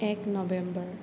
এক নৱেম্বৰ